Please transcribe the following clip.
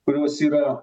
kurios yra